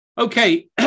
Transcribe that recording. Okay